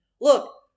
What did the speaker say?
Look